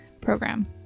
program